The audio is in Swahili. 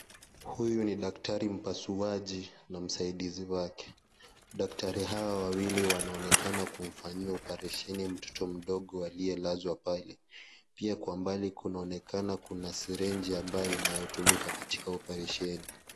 Huyo ni daktari mpasuaji na msaidizi wake. Daktari hawa wawili wanoonekana kufanya operisheni mtoto mdogo aliye lazwa pale. Pia kwa mbali kunoonekana kuna sirenji ambayo inatumika katika operisheni.